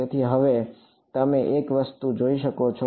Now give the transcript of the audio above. તેથી હવે તમે એક વસ્તુ જોઈ શકો છો